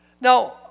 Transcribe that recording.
Now